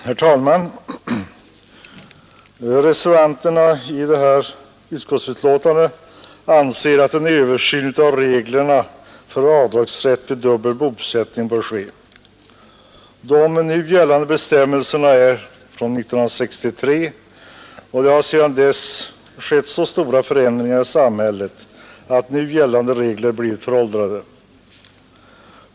Herr talman! Reservanterna när det gäller det här utskottsbetänkan Onsdagen den det anser att en översyn av reglerna för avdragsrätt vid dubbel bosättning 26 april 1972 bör ske. De nu gällande bestämmelserna är från 1963, och det har sedan dess ägt rum så stora förändringar i samhället att dessa bestämmelser Avdrag för ökade blivit föråldrade.